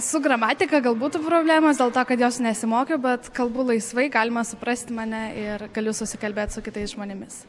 su gramatika gal būtų problemos dėl to kad jos nesimokiau bet kalbu laisvai galima suprasti mane ir galiu susikalbėt su kitais žmonėmis